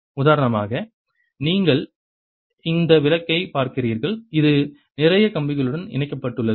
உதாரணமாக இங்கே நீங்கள் இந்த விளக்கைப் பார்க்கிறீர்கள் இது நிறைய கம்பிகளுடன் இணைக்கப்பட்டுள்ளது